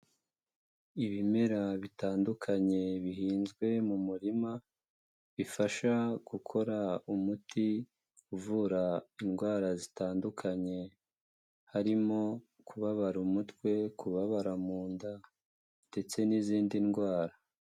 Ibimera bitandukanye bihinzwe mu murima bifasha gukora umuti uvura indwara zitandukanye, harimo kubabara umutwe kubabara mu nda ndetse n'izindi ndwara.